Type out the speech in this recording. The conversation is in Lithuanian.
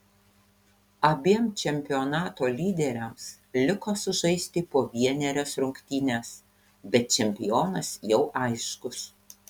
abiem čempionato lyderiams liko sužaisti po vienerias rungtynes bet čempionas jau aiškus